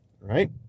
right